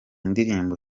ndirimbo